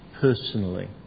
personally